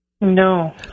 No